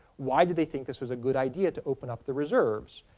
why did they think this was a good idea to open up the reserves?